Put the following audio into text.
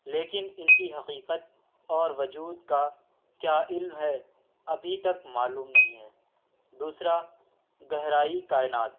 لیکن ان کی حقیقت اور وجود کا کیا علم ہے ابھی تک معلوم نہیں ہے دوسرا گہرائی کائنات